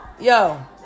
yo